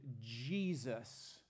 Jesus